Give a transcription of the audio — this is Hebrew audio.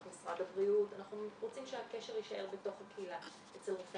משרד הבריאות אנחנו רוצים שהקשר יישאר בתוך הקהילה אצל רופא.